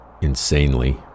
insanely